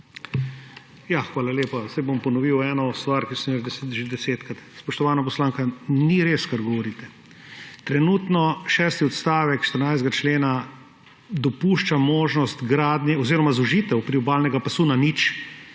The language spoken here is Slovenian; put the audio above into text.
Hvala lepa. Saj bom ponovil eno stvar, ki sem jo že desetkrat. Spoštovana poslanka, ni res, kar govorite. Trenutno šesti odstavek 14. člena dopušča možnost gradnje oziroma zožitev priobalnega pasu na nič,